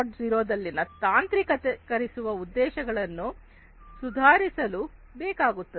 0ದಲ್ಲಿನ ಯಾಂತ್ರಿಕರಿಸುವ ಉದ್ದೇಶಗಳನ್ನು ಸುಧಾರಿಸಲು ಬೇಕಾಗುತ್ತದೆ